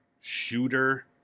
shooter